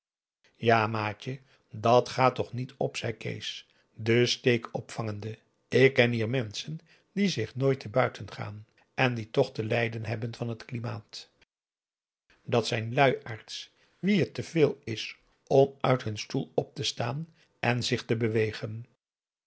ja maatje dat gaat toch niet op zei kees den steek opvangende ik ken hier menschen die zich nooit te buiten gaan en die toch te lijden hebben van het klimaat dat zijn de luiaards wien het te veel is om uit hun stoel op te staan en zich te bewegen